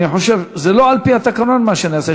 אני חושב שזה לא על-פי התקנון, מה שנעשה.